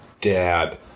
Dad